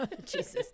Jesus